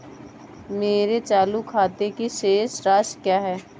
मेरे चालू खाते की शेष राशि क्या है?